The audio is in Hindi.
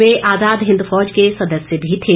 वह आजाद हिंद फौज के सदस्य भी थे